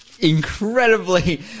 incredibly